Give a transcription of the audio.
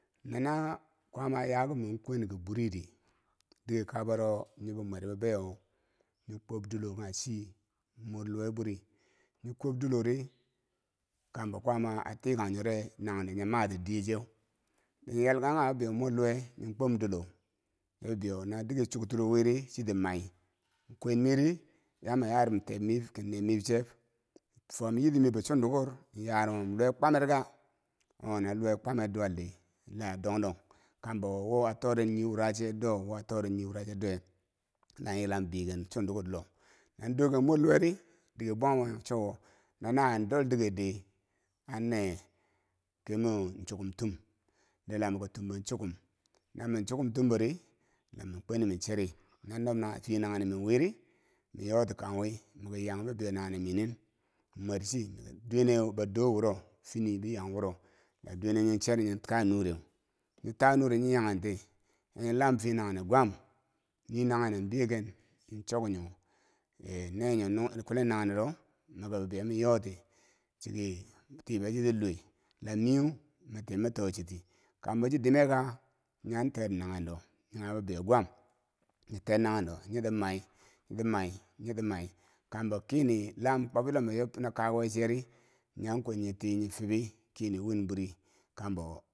Nana. a kwaama yaki mo kwen ke buridi diket kabaro nyike mwor bebaiyo nyi kwob diilo kanghe chi mor lowe bweri nyikob dilori kambo kwaama a tikangnyo naghendo nyi mati diyechew nyiyalkaghem kanghe bebayo mor luwe nyin kwob dilo la bibeyo no dike chukturo wiri chiti mai kwen miri yama yarum teb miib ke neb meb cheb fewab yitib mibo chandugur nyarumum luwe kwamer ka? oh no luwe kwamer duwal dii la dong dong kambo wo a tore nyi wura che do wo a tore nyi wura che dowe na yilan beghen chondugur lo nduke mor luweri, dike bwaghu weu chowo no nawiyeu deldiger di anneye ke moo in choku tum, dila meki tumbo chokum namine chokumtumbo ri laman kweni min cheri no nod nangen fiye nanghene me wiri meyo tikang we meki yang bebei manghe me nin mmwer chii miki deneu ba do wuro, finii bii yang woro la duwene nyen cheri nyin ta nureu nyi ta nure nyi yakenti ya nyi lam fiye nanghe ne gwam nii nagheneu beghen nchok nyo di nyo di ne nyo kulen naghenero miki bibeiyo manyoti chiki tibe chike luwoi lamiu mi tim mi too chiti kambo chidib me kaa nyan ter naghendo kanghe bibeiyo gwab nyi ter naghen do nyitimai nyitimai nyitimai kambo keni lam kob chilombo yob na kakuko cheri nyan kweni nyi ti nyi fibi kyeni win bwiri kambo.